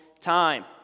time